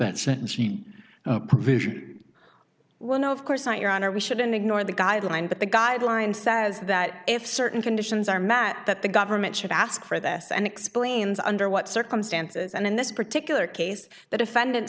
that sentence he provision when of course not your honor we shouldn't ignore the guideline but the guideline says that if certain conditions are met that the government should ask for this and explains under what circumstances and in this particular case the defendant